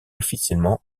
officiellement